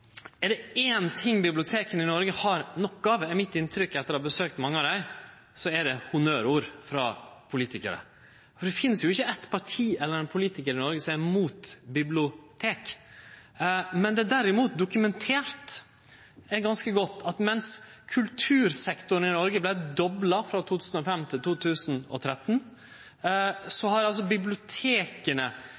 ting biblioteka i Noreg har nok av, er det honnørord frå politikarar. For det finst jo ikkje eitt parti eller éin politikar i Noreg som er imot bibliotek. Det er derimot ganske godt dokumentert at mens kultursektoren i Noreg vart dobla frå 2005 til 2013, har